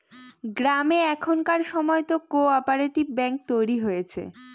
গ্রামে এখনকার সময়তো কো অপারেটিভ ব্যাঙ্ক তৈরী হয়েছে